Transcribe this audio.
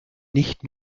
nicht